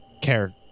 care